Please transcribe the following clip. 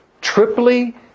triply